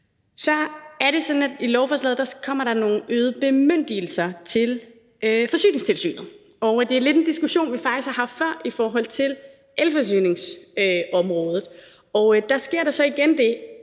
Så er det sådan, at i lovforslaget kommer der nogle øgede bemyndigelser til Forsyningstilsynet, og det er en diskussion, vi faktisk har haft før i forhold til elforsyningsområdet. Der sker så igen det,